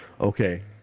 Okay